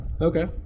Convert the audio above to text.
Okay